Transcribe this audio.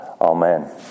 Amen